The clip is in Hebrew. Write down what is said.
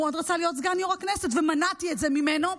שמאוד רצה להיות סגן יו"ר הכנסת ומנעתי את זה ממנו,